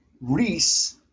reese